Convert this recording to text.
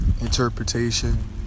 Interpretation